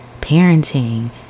parenting